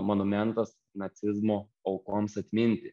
monumentas nacizmo aukoms atminti